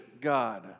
God